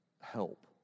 help